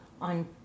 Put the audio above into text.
on